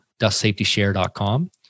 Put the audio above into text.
dustsafetyshare.com